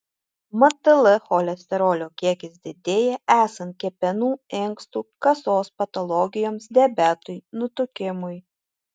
mtl cholesterolio kiekis didėja esant kepenų inkstų kasos patologijoms diabetui nutukimui